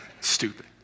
Stupid